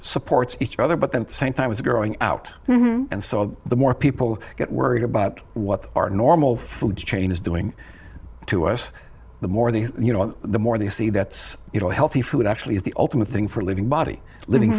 supports each other but then at the same time is growing out and so the more people get worried about what our normal food chain is doing to us the more they you know the more they see that's you know healthy food actually is the ultimate thing for living body living